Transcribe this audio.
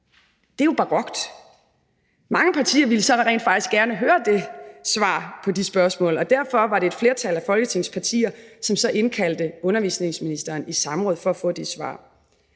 Det er jo barokt. Mange partier ville så rent faktisk gerne høre svaret på det spørgsmål, og derfor var det et flertal af Folketingets partier, som så indkaldte undervisningsministeren i samråd for at få det svar.